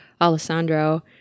Alessandro